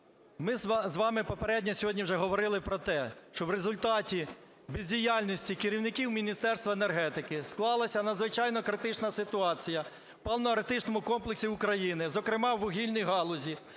ми з вами попередньо сьогодні вже говорили про те, що в результаті бездіяльності керівників Міністерства енергетики склалася надзвичайно критична ситуація у паливно-енергетичному комплексі України. Зокрема, в вугільні галузі